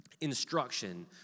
Instruction